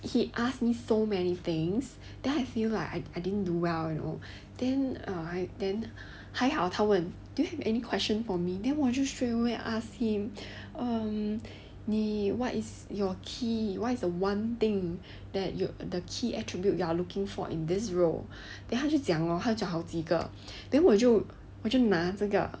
he asked me so many things then I feel like I I didn't do well you know then I then 还好他问 do you have any question for me then 我就 straight away ask him um 你 what is your key what is the one thing that you are the key attribute that you are looking for in this role then 他就讲 lor hmm 他讲好几个 then 我就我就拿这个